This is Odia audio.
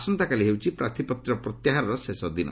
ଆସନ୍ତାକାଲି ହେଉଛି ପ୍ରାର୍ଥୀପତ୍ର ପ୍ରତ୍ୟାହାରର ଶେଷ ଦିନ